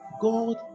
God